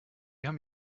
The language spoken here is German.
haben